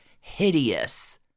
hideous